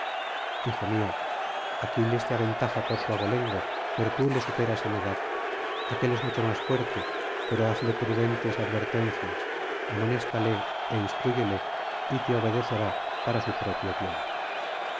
hijo mío aquiles te aventaja por su abolengo pero tú le superas en edad y aquél es mucho más fuerte pero hazle prudentes advertencias amonéstale é instruyele y te obedecerá para su propio bien